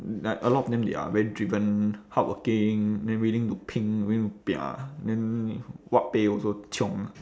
like a lot of them they are very driven hardworking then willing to 拼 willing to pia then what pay also chiong